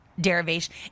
derivation